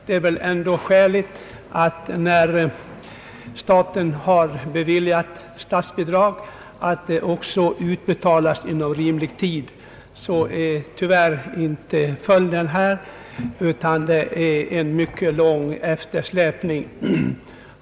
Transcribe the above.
Det är väl ändå skäligt att när staten har beviljat bidrag detta också utbetalas inom rimlig tid. Så är tyvärr inte fallet här, utan det föreligger en mycket lång eftersläpning.